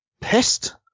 pissed